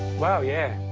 wow, yeah.